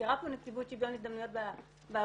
והוזכרה נציבות שוויון הזדמנויות בעבודה